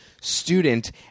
student